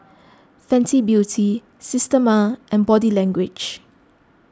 Fenty Beauty Systema and Body Language